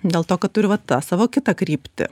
dėl to kad turiu va tą savo kitą kryptį